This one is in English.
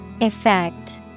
Effect